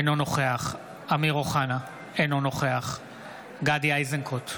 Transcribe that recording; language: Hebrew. אינו נוכח אמיר אוחנה, אינו נוכח גדי איזנקוט,